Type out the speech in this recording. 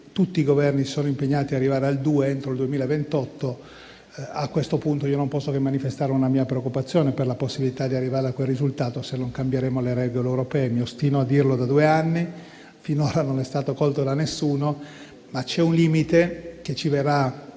tutti i Governi si sono impegnati ad arrivare al 2 per cento entro il 2028. A questo punto, non posso che manifestare una mia preoccupazione per la possibilità di arrivare a quel risultato, se non cambieremo le regole europee. Mi ostino a dirlo da due anni; finora non è stato colto da nessuno, ma c'è un limite che ci verrà